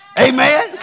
Amen